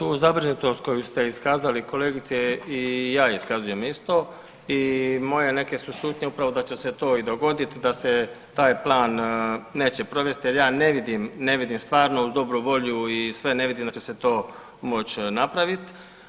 Pa tu zabrinutost koju ste iskazali kolegice i ja iskazujem isto i moje neke su slutnje upravo da će se to i dogoditi, da se taj plan neće provesti jer ja ne vidim, ne vidim stvarno uz dobru volju ne vidim da će se to moći napraviti.